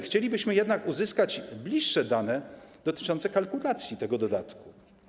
Chcielibyśmy jednak uzyskać bliższe dane dotyczące kalkulacji tego dodatku.